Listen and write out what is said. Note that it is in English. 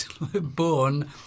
born